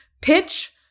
pitch